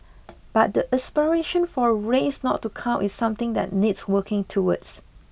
but the aspiration for race not to count is something that needs working towards